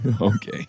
Okay